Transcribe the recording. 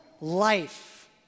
life